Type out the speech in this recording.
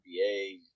NBA